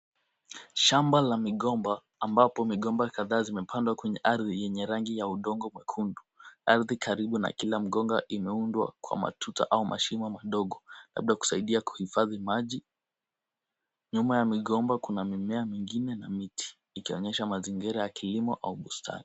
Shamba la migomba ambapo migomba kadhaa zimepandwa kwenye ardhi yenye rangi ya udongo mwekundu. Ardhi karibu na kila mgomba imeundwa kwa matuta au mashimo madogo labda kusaidia kuhifadhi maji. Nyuma ya migomba kuna mimea mingine na miti ikionyesha mazingira ya kilimo au bustani.